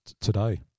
today